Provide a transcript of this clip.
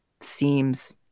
seems